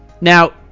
now